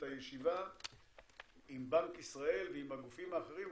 הישיבה עם בנק ישראל ועם הגופים האחרים,